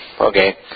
okay